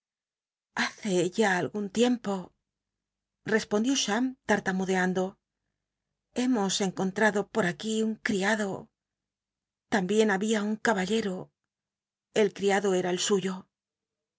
hace ya al un tiempo respondió cham lart unudeando hemos encon ttaclo pot aquí un cl'iado tambicn babia un caballero el ctiado era el suyo